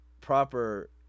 proper